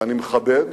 ואני מכבד